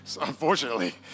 Unfortunately